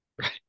right